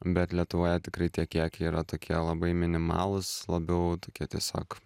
bet lietuvoje tikrai tie kiekiai yra tokie labai minimalūs labiau tokie tiesiog